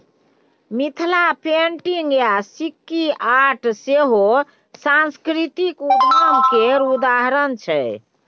Mithila painting आ Sikki art सेहो सास्कृतिक उद्यम केर उदाहरण छै